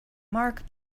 mark